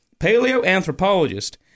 Paleoanthropologist